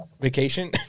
vacation